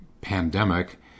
pandemic